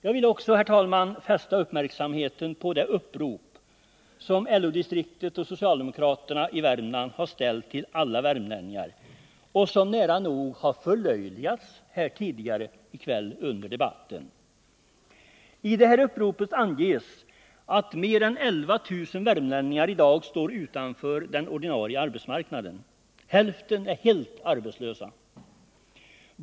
Jag vill också, herr talman, fästa uppmärksamheten på det upprop som LO-distriktet och socialdemokraterna i Värmland har riktat till alla värmlänningar och som nära nog har förlöjligats under debatten tidigare i kväll. I uppropet anges att mer än 11 000 värmlänningar i dag står utanför den ordinarie arbetsmarknaden. Hälften är helt arbetslösa.